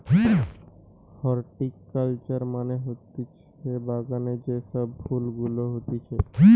horticulture মানে হতিছে বাগানে যে সব ফুল গুলা হতিছে